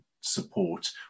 support